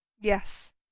Yes